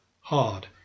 hard